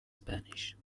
spanish